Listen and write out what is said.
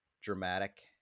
dramatic